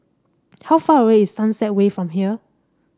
how far away is Sunset Way from here